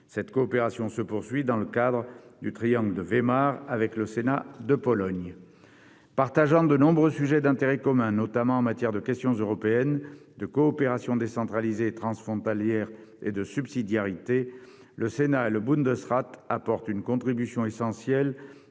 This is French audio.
Cette coopération se poursuit, dans le cadre du « triangle de Weimar », avec le Sénat de Pologne. Partageant de nombreux sujets d'intérêt commun, notamment en matière de questions européennes, de coopération décentralisée et transfrontalière et de subsidiarité, le Sénat et le Bundesrat apportent une contribution essentielle